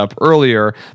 earlier